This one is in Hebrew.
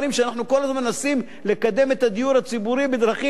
אנחנו כל הזמן מנסים לקדם את הדיור הציבורי בדרכים,